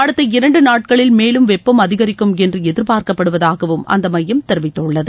அடுத்த இரண்டு நாட்களில் மேலும் வெப்பம் அதிகரிக்கும் என்று எதிர்பார்க்கப்படுவதாகவும் அந்த மையம் தெரிவித்துள்ளது